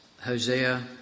Hosea